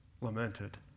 lamented